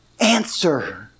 answer